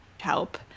help